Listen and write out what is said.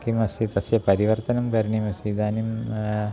किमस्ति तस्य परिवर्तनं करणीयमस्ति इदानीं